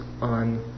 on